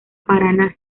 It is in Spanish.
paraná